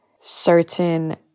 certain